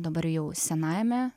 dabar jau senajame